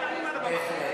סליחה, מזכיר הכנסת, בהחלט.